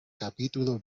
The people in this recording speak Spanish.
capítulo